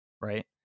right